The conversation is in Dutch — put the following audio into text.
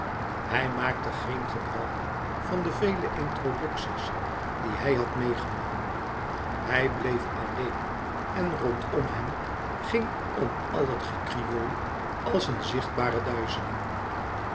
hij maakte geen gebruik van de vele introducties die hij had meêgenomen hij bleef alleen en rondom hem ging om al het gekrioel als een zichtbare